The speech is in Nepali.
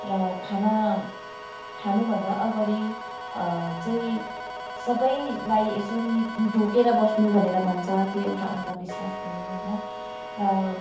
र खाना खानुभन्दा अगाडि चाहिँ सबैलाई यसरी ढोगेर बस्नु भनेर भन्छ त्यो एउटा अन्धविश्वास भयो होइन र